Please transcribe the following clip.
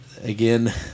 again